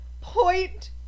point